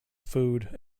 food